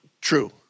true